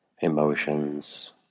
emotions